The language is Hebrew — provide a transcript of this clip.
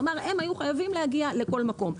כלומר הם היו חייבים להגיע לכל מקום.